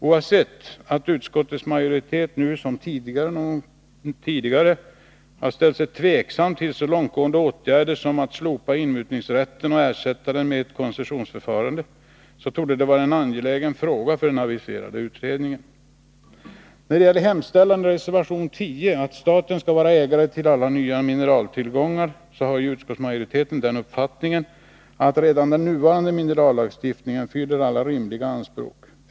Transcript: Oavsett att utskottets majoritet nu som tidigare har ställt sig tveksam till så långtgående åtgärder som att slopa inmutningsrätten och ersätta den med ett koncessionsförfarande så torde det vara en angelägen fråga för den aviserade utredningen. När det gäller hemställan i reservation 10 att staten skall vara ägare till alla nya mineraltillgångar har ju utskottsmajoriteten den uppfattningen att redan den nuvarande minerallagstiftningen fyller alla rimliga anspråk.